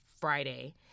friday